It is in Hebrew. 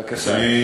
בבקשה.